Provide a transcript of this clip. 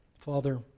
Father